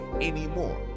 anymore